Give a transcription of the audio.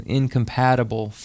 incompatible